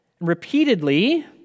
Repeatedly